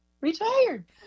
retired